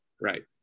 right